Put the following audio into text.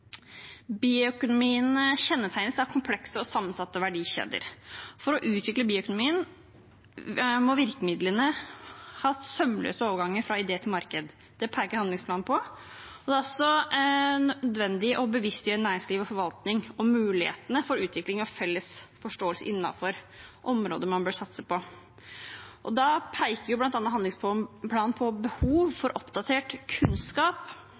Bioøkonomien kjennetegnes av komplekse og sammensatte verdikjeder. For å utvikle bioøkonomien må virkemidlene ha sømløse overganger fra idé til marked. Det peker handlingsplanen på. Det er også nødvendig å bevisstgjøre næringsliv og forvaltning om mulighetene for utvikling av en felles forståelse innenfor områder man bør satse på. Handlingsplanen peker bl.a. på behov for oppdatert kunnskap,